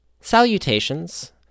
Salutations